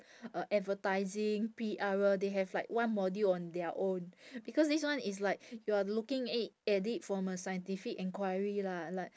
uh advertising P_R they have like one module on their own because this one it's like you are looking at it from a scientific enquiry lah like